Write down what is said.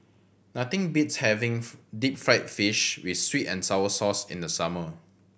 nothing beats having deep fried fish with sweet and sour sauce in the summer